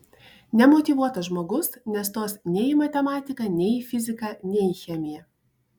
nemotyvuotas žmogus nestos nei į matematiką nei į fiziką nei į chemiją